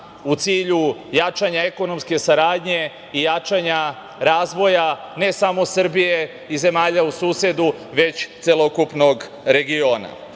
u cilju jačanja ekonomske saradnje i jačanja razvoja ne samo Srbije i zemalja u susedstvu, već celokupnog regiona. Najbolji